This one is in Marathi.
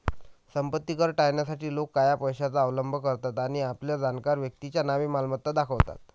संपत्ती कर टाळण्यासाठी लोक काळ्या पैशाचा अवलंब करतात आणि आपल्या जाणकार व्यक्तीच्या नावे मालमत्ता दाखवतात